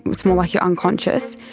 it's more like you're unconscious,